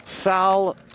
foul